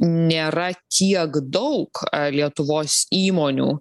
nėra tiek daug lietuvos įmonių